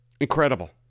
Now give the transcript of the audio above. Incredible